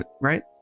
right